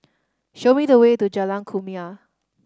show me the way to Jalan Kumia